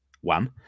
one